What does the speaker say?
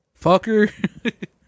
fucker